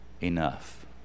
enough